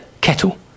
kettle